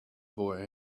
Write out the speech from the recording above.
boy